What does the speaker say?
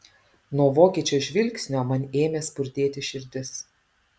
nuo vokiečio žvilgsnio man ėmė spurdėti širdis